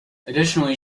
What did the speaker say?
additionally